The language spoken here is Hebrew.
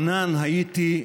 כי מיקי, ידידי,